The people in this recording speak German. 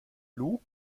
lou